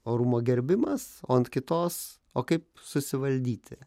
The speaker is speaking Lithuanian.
orumo gerbimas o ant kitos o kaip susivaldyti